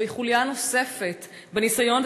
זוהי חוליה נוספת בניסיון,